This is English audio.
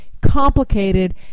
complicated